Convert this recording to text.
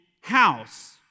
house